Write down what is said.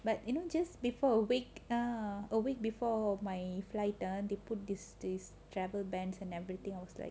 but you know just before a week ah a week before my flight and they put thi~ this days travel ban and everything I was like